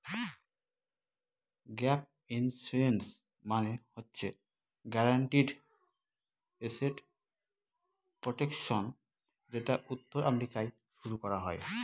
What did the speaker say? gap insurance মানে হচ্ছে guaranteed asset protection যেটা উত্তর আমেরিকায় শুরু করা হয়